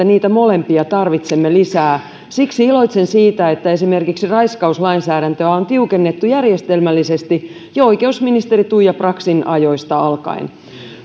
niitä molempia tarvitsemme lisää siksi iloitsen siitä että esimerkiksi raiskauslainsäädäntöä on tiukennettu järjestelmällisesti jo oikeusministeri tuija braxin ajoista alkaen